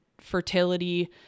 fertility